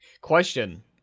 Question